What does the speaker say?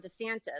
DeSantis